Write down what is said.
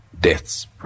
Death's